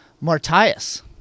Martius